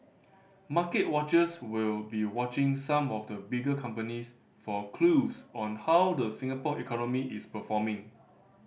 market watchers will be watching some of the bigger companies for clues on how the Singapore economy is performing